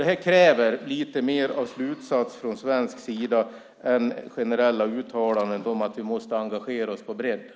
Detta kräver lite mer av slutsatser från svensk sida än generella uttalanden om att vi måste engagera oss på bredden.